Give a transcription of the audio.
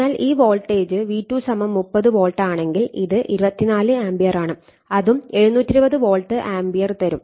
അതിനാൽ ഈ voltage V2 30 volt ആണെങ്കിൽ ഇത് 24 ആമ്പിയർ ആണ് അതും 720 വോൾട്ട് ആമ്പിയർ തരും